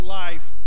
life